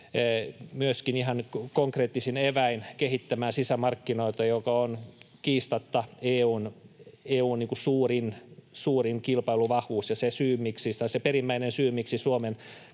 myöskin ihan konkreettisin eväin kehittämään sisämarkkinoita, joka on kiistatta EU:n suurin kilpailuvahvuus ja se perimmäinen syy, miksi Suomen